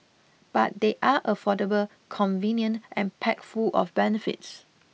but they are affordable convenient and packed full of benefits